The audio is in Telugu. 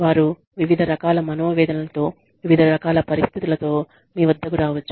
వారు వివిధ రకాల మనోవేదనలతో వివిధ రకాల పరిస్థితులతో మీ వద్దకు రావచ్చు